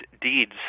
deeds